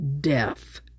death